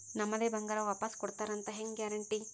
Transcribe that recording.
ನಮ್ಮದೇ ಬಂಗಾರ ವಾಪಸ್ ಕೊಡ್ತಾರಂತ ಹೆಂಗ್ ಗ್ಯಾರಂಟಿ?